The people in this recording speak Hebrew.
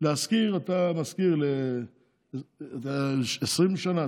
אתה משכיר ל-20 שנה,